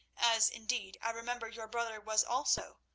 as, indeed, i remember your brother was also,